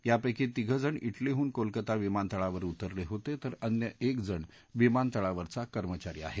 यापैकी तिघजण डेलीहून कोलकाता विमानतळावर उतरले होते तर अन्य एकजण विमानतळावरचा कर्मचारी आहे